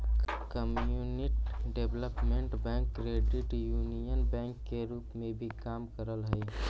community development bank credit union bank के रूप में भी काम करऽ हइ